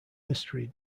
mystery